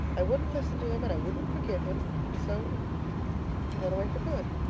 i wouldn't listen to him and i wouldn't forgive him and so he went away for good.